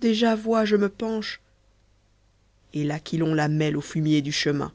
déjà vois je me penche et l'aquilon la mêle au fumier du chemin